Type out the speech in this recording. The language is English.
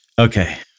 Okay